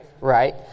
Right